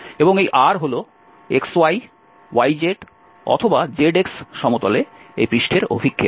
এবং এই R হল xy yz অথবা zx সমতলে এই পৃষ্ঠের অভিক্ষেপ